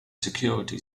security